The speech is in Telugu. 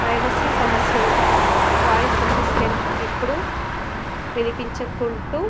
ప్రైవసీ సమస్యలు వాయిస్ అసిస్టెంట్లు ఎప్పుడూ వినిపించకుంటూ